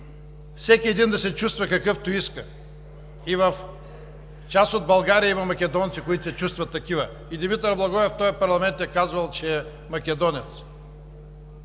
всеки един да се чувства какъвто иска. В част от България има македонци, които се чувстват такива. Димитър Благоев в този парламент е казвал, че е македонец.